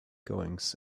goings